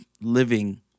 living